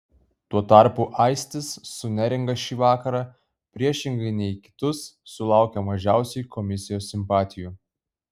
tuo tarpu aistis su neringa šį vakarą priešingai nei kitus sulaukė mažiausiai komisijos simpatijų